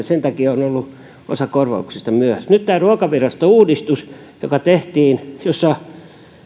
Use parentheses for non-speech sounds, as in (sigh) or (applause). (unintelligible) sen takia on on ollut osa korvauksista myöhässä nyt tässä ruokavirasto uudistuksessa joka tehtiin ja jossa